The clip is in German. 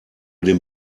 den